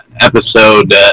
episode